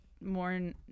more